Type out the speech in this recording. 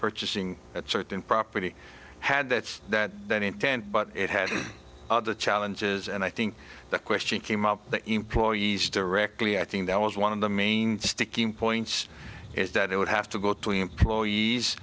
purchasing certain property had that that intent but it had other challenges and i think the question came up the employees directly i think that was one of the main sticking points is that it would have to go to employees